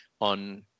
on